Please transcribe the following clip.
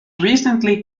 recently